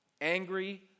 Angry